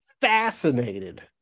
fascinated